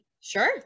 Sure